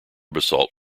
basalt